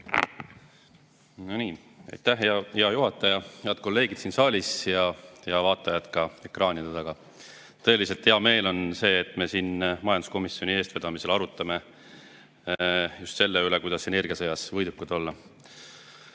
olemas! Aitäh, hea juhataja! Head kolleegid siin saalis ja vaatajad ekraanide taga! Tõeliselt hea meel on selle üle, et me siin majanduskomisjoni eestvedamisel arutame just selle üle, kuidas energiasõjas võidukad olla.